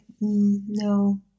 no